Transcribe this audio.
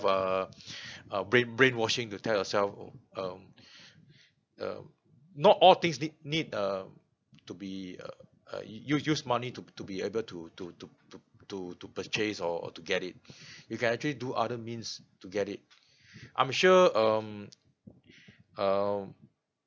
err brain brainwashing the tell yourself um um not all things ne~ need um to be uh uh use use money to to be able to to to to to to purchase or to get it you can actually do other means to get it I'm sure um um